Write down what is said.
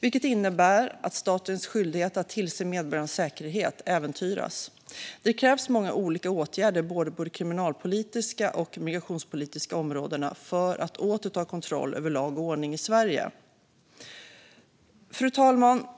vilket innebär att statens skyldighet att tillse medborgarnas säkerhet äventyras. Det krävs många olika åtgärder både på de kriminalpolitiska och på migrationspolitiska områdena för att åter ta kontroll över lag och ordning i Sverige. Fru talman!